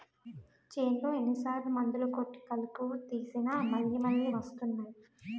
చేన్లో ఎన్ని సార్లు మందులు కొట్టి కలుపు తీసినా మళ్ళి మళ్ళి వస్తున్నాయి